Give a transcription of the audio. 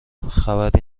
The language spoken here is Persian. خبری